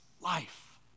life